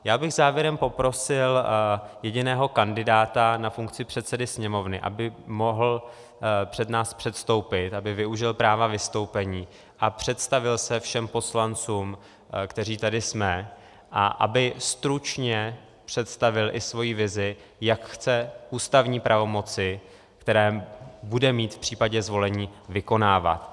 Já bych závěrem poprosil jediného kandidáta na funkci předsedy Sněmovny, aby mohl před nás předstoupit, aby využil práva vystoupení a představil se všem poslancům, kteří tady jsme, a aby stručně představil i svoji vizi, jak chce ústavní pravomoci, které bude mít v případě zvolení, vykonávat.